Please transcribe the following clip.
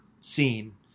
scene